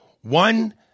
One